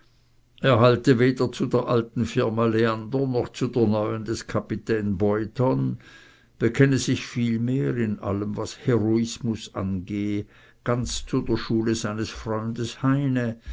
er halte weder zu der alten firma leander noch zu der neuen des kapitän boyton bekenne sich vielmehr in allem was heroismus angehe ganz zu der schule seines freundes heine